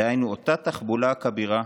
דהיינו אותה תחבולה הכבירה,